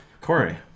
Corey